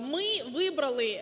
Ми вибрали